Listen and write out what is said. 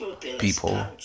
people